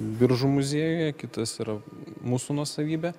biržų muziejuje kitas yra mūsų nuosavybė